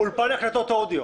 יש לו אולפן הקלטות אודיו.